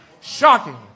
Shocking